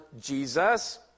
Jesus